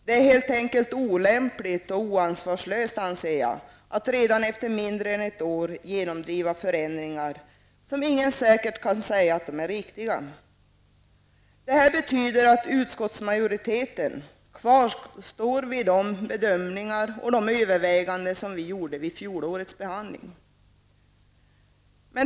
Det är helt enkelt olämpligt och ansvarslöst att redan efter mindre än ett år genomdriva förändringar, som ingen säkert kan säga är riktiga. Detta betyder att utskottsmajoriteten står fast vid de bedömningar och överväganden som vi gjorde vid fjolårets behandling.